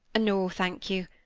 no, thank you.